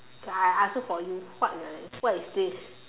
okay I I answer for you what what is this